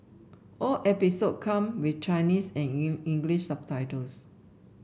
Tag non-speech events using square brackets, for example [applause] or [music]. all episode come with Chinese and [unintelligible] English subtitles